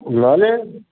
लऽ लेब